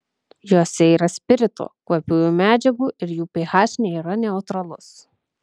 jose yra spirito kvapiųjų medžiagų ir jų ph nėra neutralus